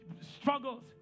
struggles